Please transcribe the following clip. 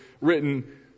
written